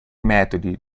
metodi